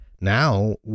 Now